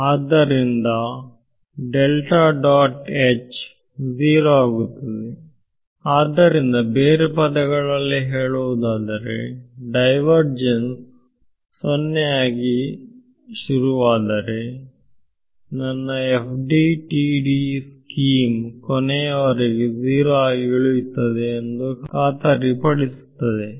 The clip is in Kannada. ಆದ್ದರಿಂದ 0 ಯಾಗುತ್ತದೆ ಆದ್ದರಿಂದ ಬೇರೆ ಪದಗಳಲ್ಲಿ ಹೇಳುವುದಾದರೆ ಡೈವರ್ ಜೆನ್ಸ್ 0 ಯಾಗಿ ಶುರುವಾದರೆ ನನ್ನFDTD ಸ್ಕೀಮ್ ಕೊನೆಯವರೆಗೂ 0 ಆಗಿ ಉಳಿಯುತ್ತದೆ ಎಂದು ಖಾತರಿಪಡಿಸುತ್ತದೆ